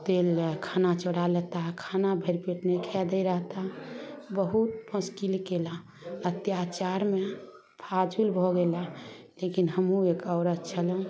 तेल लए खाना चोरा लेता खाना भरि पेट नहि खाइ दै रहता बहुत मस्किल केला अत्याचारमे फाजुल भऽ गेला लेकिन हमहुँ एक औरत छलहुँ